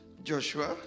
Joshua